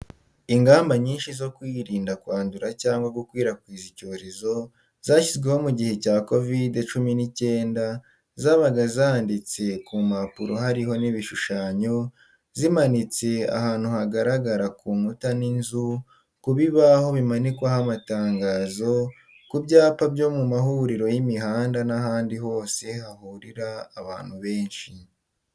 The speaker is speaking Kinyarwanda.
Ingamba nyinshi zo kwirinda kwandura cyangwa gukwirakwiza icyorezo, zashyizweho mu gihe cya kovide cumi n'icyenda; zabaga zanditse ku mpapuro, hariho n'ibishushanyo; zimanitse ahantu hagaragara ku nkuta z'inzu, ku bibaho bimanikwaho amatangazo, ku byapa byo mu mahuriro y'imihanda n'ahandi hose hahurira abantu benshi.